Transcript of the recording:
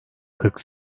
kırk